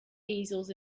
easels